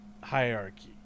hierarchy